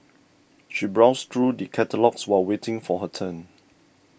she browsed through the catalogues while waiting for her turn